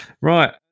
Right